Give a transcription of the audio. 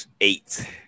eight